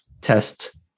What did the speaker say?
test